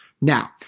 Now